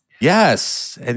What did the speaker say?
Yes